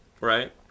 right